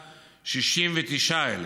69,000,